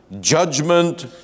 judgment